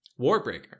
warbreaker